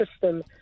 system